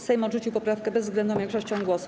Sejm odrzucił poprawkę bezwzględną większością głosów.